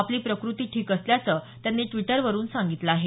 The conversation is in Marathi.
आपली प्रकृती ठीक असल्याचं त्यांनी ड्वीटरवरून सांगितलं आहे